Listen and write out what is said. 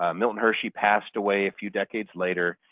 ah milton hershey passed away a few decades later,